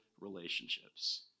relationships